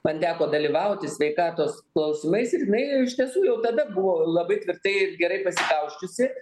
man teko dalyvauti sveikatos klausimais ir jinai iš tiesų jau tada buvo labai tvirtai ir gerai pasikausčiusi